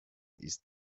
ist